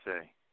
say